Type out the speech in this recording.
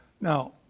Now